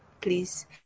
please